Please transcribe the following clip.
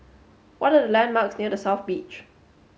what are the landmarks near The South Beach